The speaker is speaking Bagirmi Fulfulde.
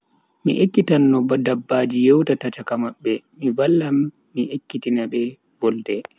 Mi ekkitan no dabbaji yewtata chaka mabbe, mi vallan mi ekkitina be volde.